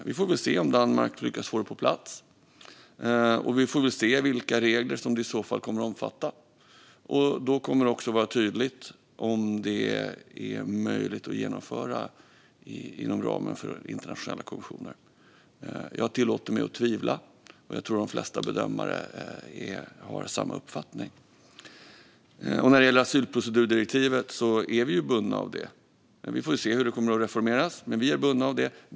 Vi får väl se om Danmark lyckas få det på plats och vilka regler som det i så fall kommer att omfatta. Då kommer det också att vara tydligt om det är möjligt att genomföra inom ramen för internationella konventioner. Jag tillåter mig att tvivla. Jag tror att de flesta bedömare har samma uppfattning. När det gäller asylprocedurdirektivet är vi bundna av det. Vi får se hur det kommer att reformeras, men vi är bundna av det.